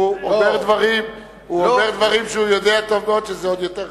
הוא אומר דברים שהוא יודע טוב מאוד שזה עוד יותר,